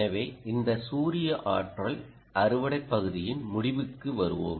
எனவே இந்த சூரிய ஆற்றல் அறுவடை பகுதியின் முடிவுக்கு வருவோம்